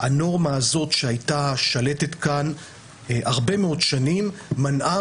הנורמה שהייתה שלטת כאן הרבה מאוד שנים מנעה